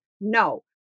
No